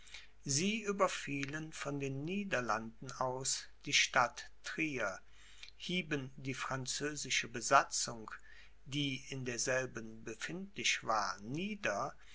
sie überfielen von den niederlanden aus die stadt trier hieben die französische besatzung die in derselben befindlich war nieder